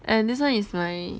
eh this one is my